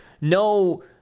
no